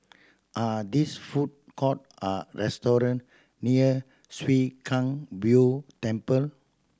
are these food court or restaurant near Chwee Kang Beo Temple